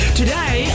today